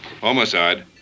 Homicide